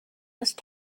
must